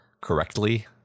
correctly